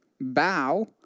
Bow